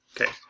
Okay